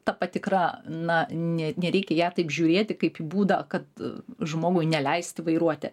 ta patikra na ne nereikia į ją tik žiūrėti kaip būdą kad žmogui neleisti vairuoti